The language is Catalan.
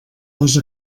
les